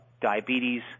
diabetes